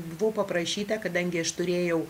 buvau paprašyta kadangi aš turėjau